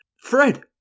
Fred